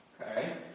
Okay